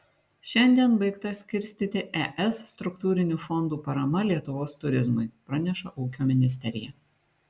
šiandien baigta skirstyti es struktūrinių fondų parama lietuvos turizmui praneša ūkio ministerija